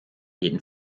jeden